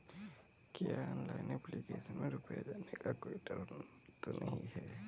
क्या online application में रुपया जाने का कोई डर तो नही है?